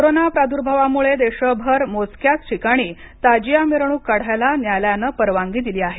corona प्रादुर्भावामुळे देशभर मोजक्याच ठिकाणी ताजिया मिरवणूक काढायला न्यायालयानं परवानगी दिली आहे